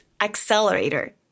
accelerator